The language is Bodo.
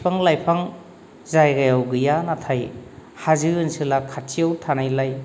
बिफां लाइफां जायगायाव गैया नाथाय हाजो ओनसोला खाथियाव थानायलाय